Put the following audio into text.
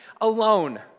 alone